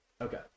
Okay